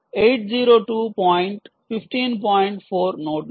4 నోడ్లు